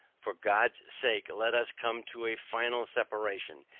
for god's sake, let us come to a final separation,